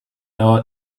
our